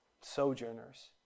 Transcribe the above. sojourners